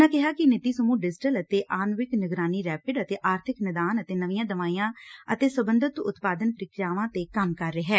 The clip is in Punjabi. ਉਨ੍ਹਾਂ ਕਿਹਾ ਕਿ ਨੀਤੀ ਸਮੂਹ ਡਿਜ਼ੀਟਲ ਅਤੇ ਆਨਵਿਕ ਨਿਗਰਾਨੀ ਰੈਪਿਡ ਅਤੇ ਆਰਥਿਕ ਨਿਦਾਨ ਅਤੇ ਨਵੀਆਂ ਦਵਾਈਆਂ ਅਤੇ ਸਬੰਧਤ ਉਤਪਾਦਨ ਪ੍ਕਿਰਿਆਵਾਂ ਤੇ ਕੰਮ ਕਰ ਰਿਹੈ